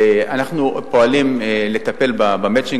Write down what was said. אנחנו פועלים לטפל ב"מצ'ינג".